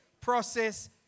process